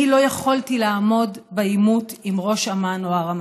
אני לא יכולתי לעמוד בעימות עם ראש אמ"ן או הרמטכ"ל".